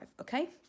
Okay